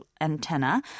antenna